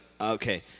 Okay